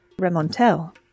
Remontel